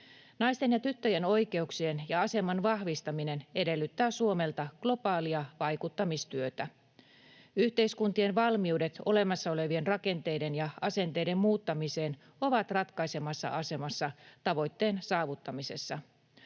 Naisten ja tyttöjen oikeuksien ja aseman vahvistaminen edellyttää Suomelta globaalia vaikuttamistyötä. Yhteiskuntien valmiudet olemassa olevien rakenteiden ja asenteiden muuttamiseen ovat ratkaisevassa asemassa tavoitteen saavuttamisessa.